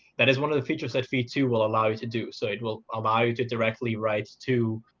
that is one of the features that v two will allow you to do. so it will allow you to directly write to